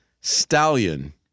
Stallion